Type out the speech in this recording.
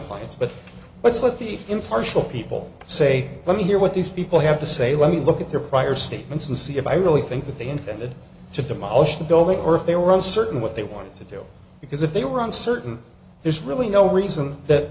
clients but let's let the impartial people say let me hear what these people have to say let me look at their prior statements and see if i really think that they intended to demolish the building or if they were uncertain what they wanted to do because if they were uncertain there's really no reason that